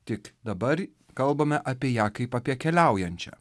tik dabar kalbame apie ją kaip apie keliaujančią